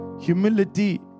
Humility